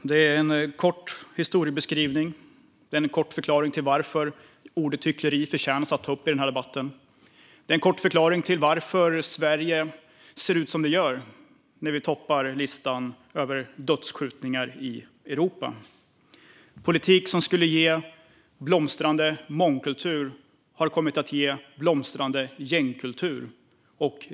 Det är en kort historiebeskrivning, en kort förklaring av varför ordet hyckleri förtjänar att tas upp i debatten. Det är en kort förklaring till varför Sverige ser ut som det gör och att vi toppar listan över dödsskjutningar i Europa. Politik som skulle ge blomstrande mångkultur har kommit att ge blomstrande gängkultur.